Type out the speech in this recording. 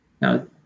Now